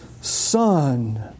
son